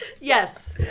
Yes